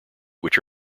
which